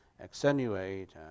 accentuate